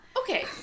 Okay